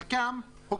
חלקם הוקמו בניגוד לחוק.